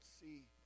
see